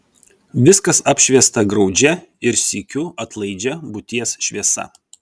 viskas apšviesta graudžia ir sykiu atlaidžia būties šviesa